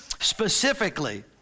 specifically